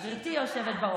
גברתי היושבת-ראש.